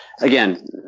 again